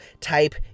type